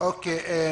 לא אתנו.